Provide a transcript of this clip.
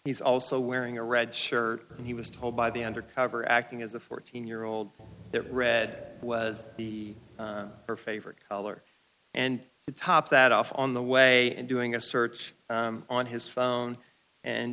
he's also wearing a red shirt and he was told by the undercover acting as a fourteen year old that red was the her favorite color and top that off on the way and doing a search on his phone and